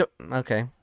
Okay